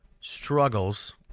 struggles